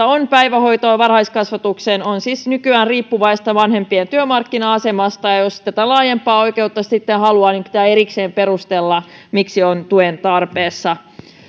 on päivähoitoon varhaiskasvatukseen riippuu nykyään vanhempien työmarkkina asemasta jos tätä laajempaa oikeutta sitten haluaa niin pitää erikseen perustella miksi on tuen tarpeessa